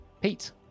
Pete